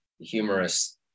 humorous